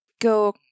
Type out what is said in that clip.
go